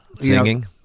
singing